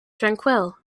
tranquil